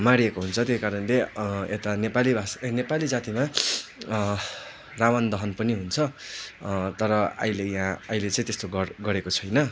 मारिएको हुन्छ त्यही कारणले यता नेपाली भाषी ए नेपाली जातिमा रावण दहन पनि हुन्छ तर अहिले यहाँ अहिले चाहिँ त्यस्तो गरगरेको छैन